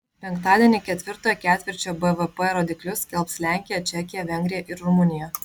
penktadienį ketvirtojo ketvirčio bvp rodiklius skelbs lenkija čekija vengrija ir rumunija